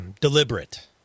deliberate